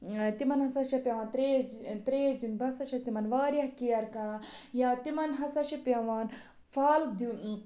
ٲں تِمن ہسا چھِ پیٚوان ترٛیش ٲں ترٛیش دنۍ بہٕ ہسا چھیٚس واریاہ کیَر کران یا تِمن ہسا چھُ پیٚوان پھل دیٛن